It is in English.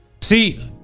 See